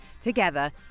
together